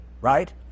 right